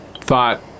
thought